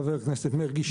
חבר הכנסת מרגי,